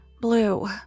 Blue